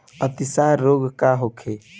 अतिसार रोग का होखे?